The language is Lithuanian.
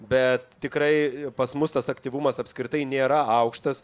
bet tikrai pas mus tas aktyvumas apskritai nėra aukštas